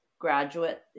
graduate